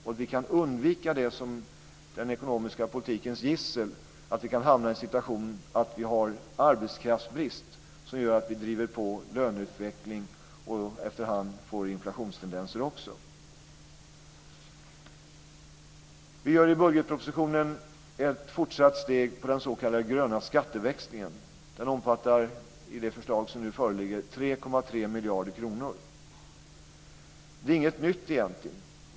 Vi kan på så sätt undvika det som är den ekonomiska politikens gissel, att vi kan hamna i en situation där vi har arbetskraftsbrist som gör att vi driver på löneutvecklingen och efter hand också får inflationstendenser. Vi tar i budgetpropositionen ett fortsatt steg när det gäller den s.k. gröna skatteväxlingen. Den omfattar i det förslag som nu föreligger 3,3 miljarder kronor. Det är inget nytt, egentligen.